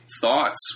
thoughts